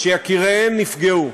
שיקיריהן נפגעו.